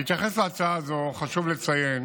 בהתייחס להצעה זו, חשוב לציין